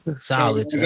Solid